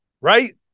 Right